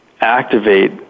activate